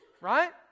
Right